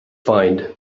find